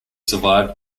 survived